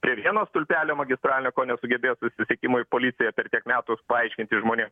prie vieno stulpelio magistralė ko nesugebėjo susisiekimo policija per tiek metus paaiškinti žmonėm